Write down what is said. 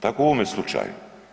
Tako i u ovome slučaju.